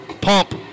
pump